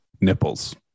Nipples